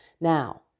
now